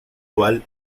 dual